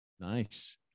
Nice